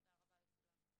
תודה רבה לכולם.